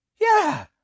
Yeah